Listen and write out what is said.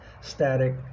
static